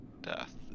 death